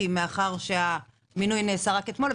כי מאחר שהמינוי נעשה רק אתמול,